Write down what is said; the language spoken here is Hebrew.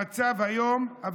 המצב היום: כיום,